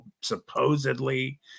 supposedly